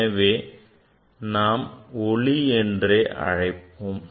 எனவே நாம் ஒளி என்றே அழைப்போம்